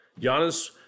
Giannis